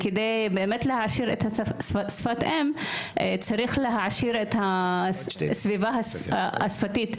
כדי להעשיר את שפת האם צריך להעשיר את הסביבה השפתית,